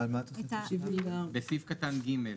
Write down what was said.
סעיף קטן (ג)